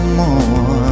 more